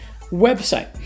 website